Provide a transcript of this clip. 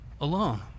alone